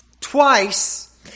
twice